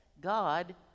God